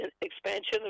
expansion